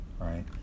right